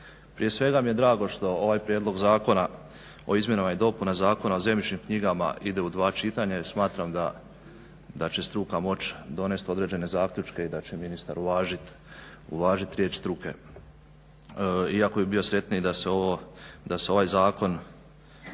Prije svega mi je drago što ovaj prijedlog zakona o izmjenama i dopunama Zakona o zemljišnim knjigama ide u dva čitanja jer smatram da će struka moći donest određene zaključke i da će ministar uvažiti riječ struke, iako bih bio sretniji da se ovaj zakon,